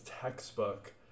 textbook